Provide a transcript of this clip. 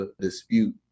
dispute